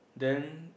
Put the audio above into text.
then